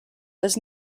does